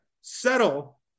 settle